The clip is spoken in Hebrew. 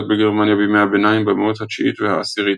בגרמניה בימי הביניים במאות ה-9 וה-10.